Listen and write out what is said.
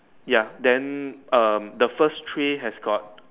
ya then um the first three has got